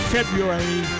February